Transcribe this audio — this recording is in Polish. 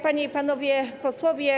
Panie i Panowie Posłowie!